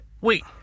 Wait